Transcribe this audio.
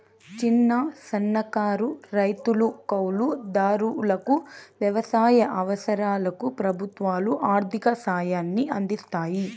చిన్న, సన్నకారు రైతులు, కౌలు దారులకు వ్యవసాయ అవసరాలకు ప్రభుత్వాలు ఆర్ధిక సాయాన్ని అందిస్తాయి